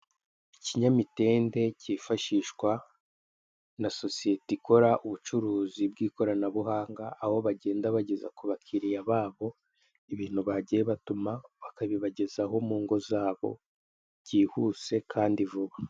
Ikinyamitende kifashishwa na sosiyete ikora ubucuruzi bw'ikoranabuhanga, aho bagenda bageza ku bakiriya babo ibintu bagiye batuma, bakabibagezaho mu ngo zabo byihuse, kandi vuba.